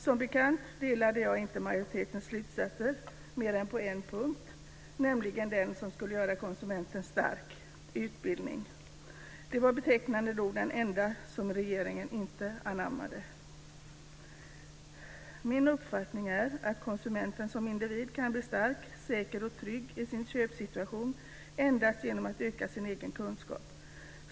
Som bekant delade jag inte majoritetens slutsatser mer än på en punkt, nämligen den som skulle göra konsumenten stark, dvs. utbildning. Det var betecknande nog den enda som regeringen inte anammade. Min uppfattning är att konsumenten som individ kan bli stark, säker och trygg i sin köpsituation endast genom att öka sin egen kunskap.